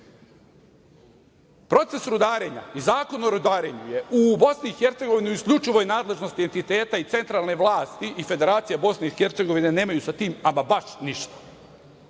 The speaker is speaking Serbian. Srpske. Proces rudarenja i Zakon o rudarenju je u BiH u isključivoj nadležnosti entiteta i centralne vlasti i Federacije BiH nemaju sa tim baš ništa.